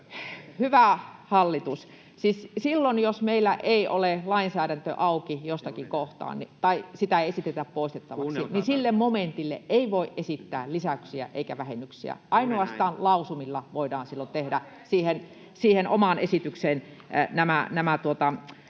Hyvä hallitus, siis silloin, jos meillä ei ole lainsäädäntö auki jostakin kohtaa tai sitä ei esitetä poistettavaksi, sille momentille ei voi esittää lisäyksiä eikä vähennyksiä. Ainoastaan lausumilla voidaan silloin tehdä siihen omaan esitykseen